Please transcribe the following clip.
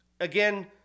Again